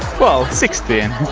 well, sixteen.